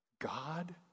God